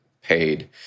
paid